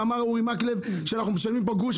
אמר אורי מקלב שאנחנו משלמים על זה אגורות,